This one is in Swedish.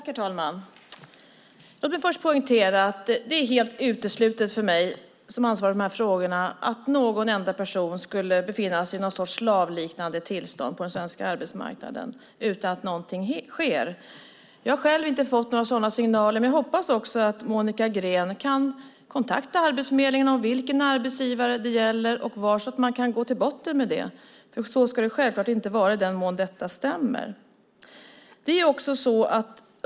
Herr talman! Låt mig först poängtera att det är helt uteslutet för mig som ansvarig för de här frågorna att någon enda person ska befinna sig i något slags slavliknande tillstånd på den svenska arbetsmarknaden utan att något sker. Jag har själv inte fått några sådana signaler. Men jag hoppas att Monica Green kan kontakta Arbetsförmedlingen om vilken arbetsgivare det gäller så att man kan gå till botten med det här, för så här ska det självklart inte vara, i den mån detta stämmer.